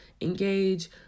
engage